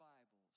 Bibles